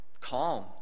calm